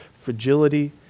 fragility